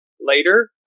later